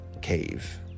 cave